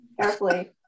Carefully